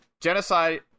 Genocide